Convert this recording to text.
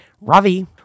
Ravi